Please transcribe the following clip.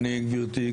גברתי,